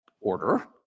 order